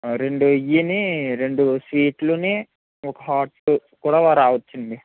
రెండు ఇవ్వీ రెండు స్వీట్లు ఒక హాట్ కూడా రావచ్చండి